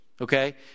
okay